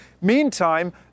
Meantime